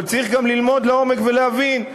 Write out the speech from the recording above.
אבל צריך גם ללמוד לעומק ולהבין,